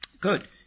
good